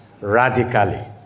radically